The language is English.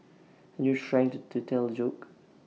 and you're trying to to tell A joke